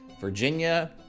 Virginia